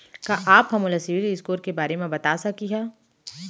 का आप हा मोला सिविल स्कोर के बारे मा बता सकिहा?